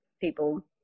people